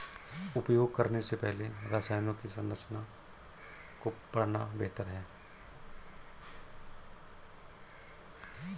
उपयोग करने से पहले रसायनों की संरचना को पढ़ना बेहतर है